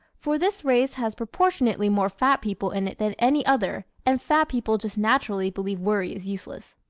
for this race has proportionately more fat people in it than any other and fat people just naturally believe worry is useless.